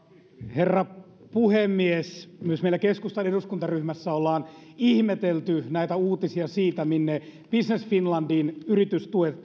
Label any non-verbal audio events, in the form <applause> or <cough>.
herra puhemies myös meillä keskustan eduskuntaryhmässä on ihmetelty näitä uutisia siitä minne business finlandin yritystuet <unintelligible>